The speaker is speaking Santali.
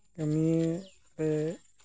ᱱᱤᱭᱮ ᱛᱮ